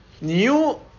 new